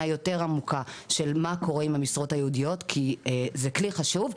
יותר עמוקה של מה קורה עם המשרות הייעודיות כי זה כלי חשוב,